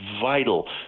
vital